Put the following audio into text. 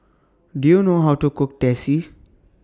Do YOU know How to Cook Teh C